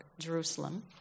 Jerusalem